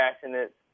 passionate